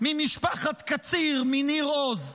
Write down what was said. ממשפחת קציר מניר עוז,